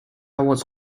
was